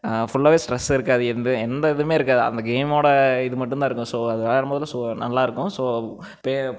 ஃபுல்லாகவே ஸ்ட்ரெஸ் இருக்காது எந்த எந்த இதுவுமே இருக்காது அந்த கேமோட இது மட்டும்தான் இருக்கும் ஸோ அது விளையாடும்போது ஸோ நல்லா இருக்கும் ஸோ